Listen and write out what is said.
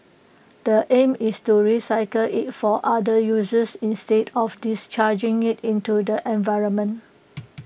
the aim is to recycle IT for other uses instead of discharging IT into the environment